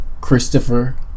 Christopher